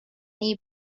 nii